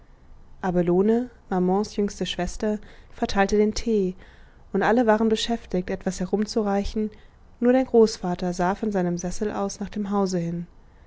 schwester verteilte den tee und alle waren beschäftigt etwas herumzureichen nur dein großvater sah von seinem sessel aus nach dem hause hin